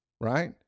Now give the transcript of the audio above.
Right